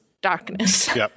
darkness